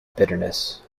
bitterness